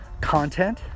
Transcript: content